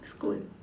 school